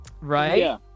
Right